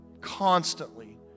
constantly